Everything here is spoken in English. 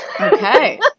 Okay